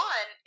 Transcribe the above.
One